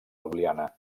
ljubljana